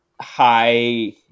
high